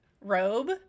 robe